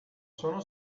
sono